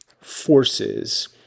forces